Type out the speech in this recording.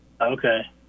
Okay